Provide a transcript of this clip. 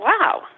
wow